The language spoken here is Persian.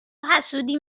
حسودی